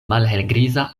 malhelgriza